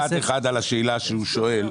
משפט אחד לשאלה שהוא שואל.